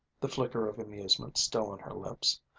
the flicker of amusement still on her lips.